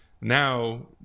Now